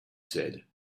said